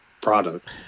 product